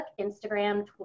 Instagram